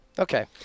Okay